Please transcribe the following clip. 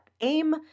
aim